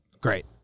Great